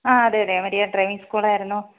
ആ അതെ അതെ മരിയ ഡ്രൈവിംഗ് സ്കൂളായിരുന്നു